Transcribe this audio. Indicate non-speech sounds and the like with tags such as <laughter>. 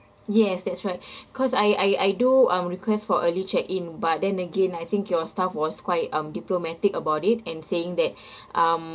yes that's right <breath> cause I I I do um request for early check in but then again I think your staff was quite um diplomatic about it and saying that <breath> um